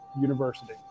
University